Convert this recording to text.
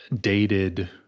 dated